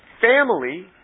Family